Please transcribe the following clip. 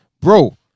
bro